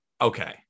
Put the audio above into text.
okay